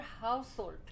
household